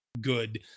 good